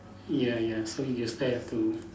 ya ya so you still have to